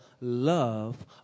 love